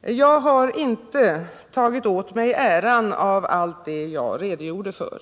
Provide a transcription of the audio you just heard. Jag har inte tagit åt mig äran av allt det jag redogjorde för.